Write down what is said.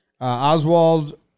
Oswald